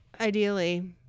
ideally